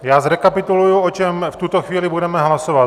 Já zrekapituluji, o čem v tuto chvíli budeme hlasovat.